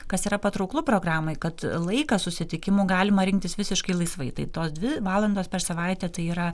kas yra patrauklu programai kad laiką susitikimų galima rinktis visiškai laisvai tai tos dvi valandos per savaitę tai yra